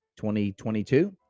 2022